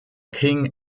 king